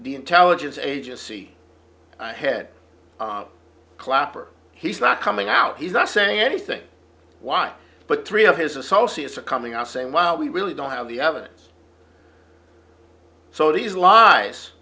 the intelligence agency head clapper he's not coming out he's not saying anything why but three of his associates are coming out saying well we really don't have the evidence so these lives